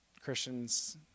Christians